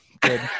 Good